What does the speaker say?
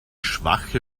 schwache